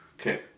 Okay